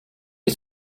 you